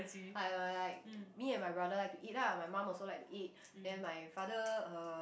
I am are like me and my brother like to eat ah my mum also like to eat then my father uh